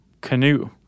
canoe